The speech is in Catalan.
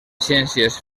ciències